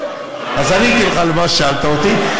אז עניתי לך על מה ששאלת אותי.